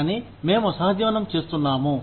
కానీ మేము సహజీవనం చేస్తున్నాము